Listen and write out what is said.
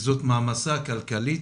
זו מעמסה כלכלית.